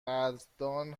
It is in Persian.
قدردان